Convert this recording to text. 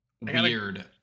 weird